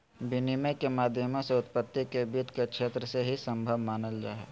विनिमय के माध्यमों के उत्पत्ति के वित्त के क्षेत्र से ही सम्भव मानल जा हइ